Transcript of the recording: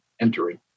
entering